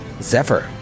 Zephyr